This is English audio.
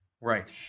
Right